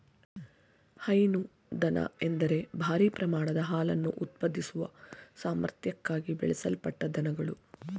ಹೈನು ದನ ಎಂದರೆ ಭಾರೀ ಪ್ರಮಾಣದ ಹಾಲನ್ನು ಉತ್ಪಾದಿಸುವ ಸಾಮರ್ಥ್ಯಕ್ಕಾಗಿ ಬೆಳೆಸಲ್ಪಟ್ಟ ದನಗಳು